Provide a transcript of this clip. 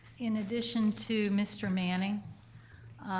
in addition to mr. manning,